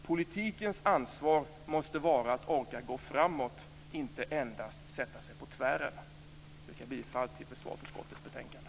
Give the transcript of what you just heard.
Politikens ansvar måste vara att orka gå framåt, inte endast sätta sig på tvären. Jag yrkar bifall till hemställan i försvarsutskottets betänkande.